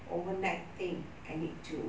overnight thing I need to